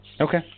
Okay